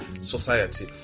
society